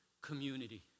community